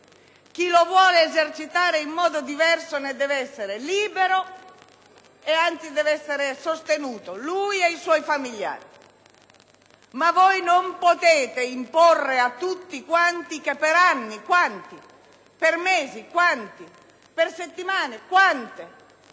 Chi vuole esercitarlo in modo diverso, deve essere libero; anzi, deve essere sostenuto, lui e i suoi familiari. Voi non potete imporre a tutti che per anni (quanti?), per mesi (quanti?), per settimane (quante?)